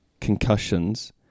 concussions